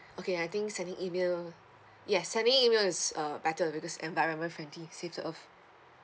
okay I think sending email yes sending email is uh better because environment friendly save the earth